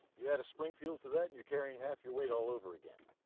you add a springfield to that and you're carrying half your weight all over again.